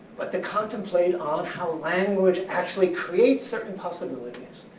but to contemplate on how language actually creates certain possibilities,